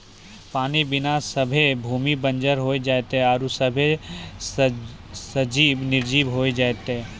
पानी बिना सभ्भे भूमि बंजर होय जेतै आरु सभ्भे सजिब निरजिब होय जेतै